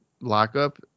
lockup